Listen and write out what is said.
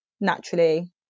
naturally